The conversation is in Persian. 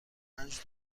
پنج